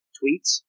tweets